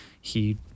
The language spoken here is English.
he-